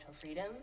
freedom